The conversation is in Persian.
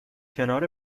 کنار